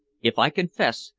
if i confess,